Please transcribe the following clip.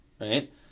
right